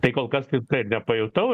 tai kol kas tai taip nepajutau